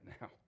now